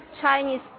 Chinese